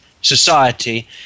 society